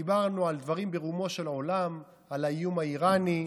דיברנו על דברים ברומו של עולם: על האיום האיראני,